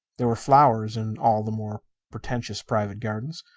there were flowers in all the more pretentious private gardens.